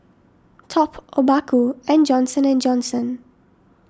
Top Obaku and Johnson and Johnson